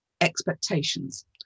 expectations